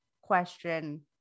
question